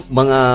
mga